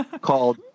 called